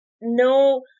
no